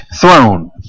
throne